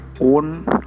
own